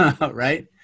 right